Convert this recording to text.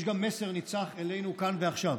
יש גם מסר ניצח אלינו כאן ועכשיו.